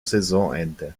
saisonende